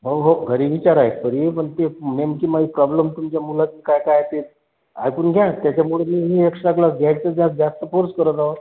हो हो घरी विचारा एकदा तरी पण ते नेमकी माहित प्रॉब्लेम तुमच्या मुलात काय काय आहे ते ऐकून घ्या त्याच्यामुळे मी ही एक्स्ट्रा क्लास घ्यायचा जास्त जास्त फोर्स करत आहो